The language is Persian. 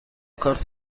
کارت